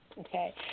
Okay